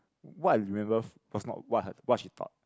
what I remember was not what her what she taught